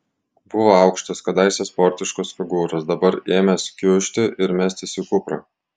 buvo aukštas kadaise sportiškos figūros dabar ėmęs kiužti ir mestis į kuprą